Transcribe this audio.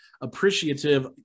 appreciative